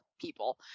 people